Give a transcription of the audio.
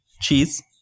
Cheese